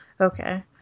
okay